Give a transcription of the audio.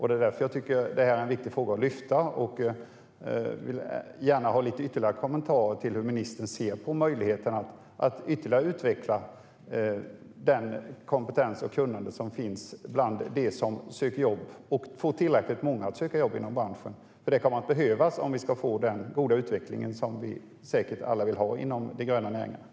Det är därför som jag tycker att det här är en viktig fråga att lyfta fram. Jag vill gärna höra lite mer om hur ministern ser på möjligheten att ytterligare utveckla den kompetens och det kunnande som finns bland dem som söker jobb och att få tillräckligt många att söka jobb inom branschen, för det kan behövas om vi ska få den goda utveckling som vi säkert alla vill ha inom de gröna näringarna.